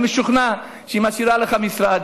אני משוכנע שהיא משאירה לך משרד,